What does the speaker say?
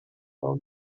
for